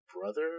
brother